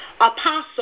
Apostle